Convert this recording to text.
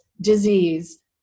disease